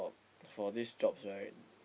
for for these jobs right